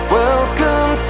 welcome